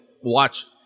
watch